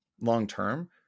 long-term